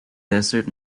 desert